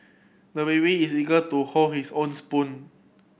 the baby is eager to hold his own spoon